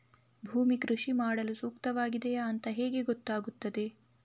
ಭೂಮಿ ಕೃಷಿ ಮಾಡಲು ಸೂಕ್ತವಾಗಿದೆಯಾ ಅಂತ ಹೇಗೆ ಗೊತ್ತಾಗುತ್ತದೆ?